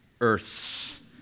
earths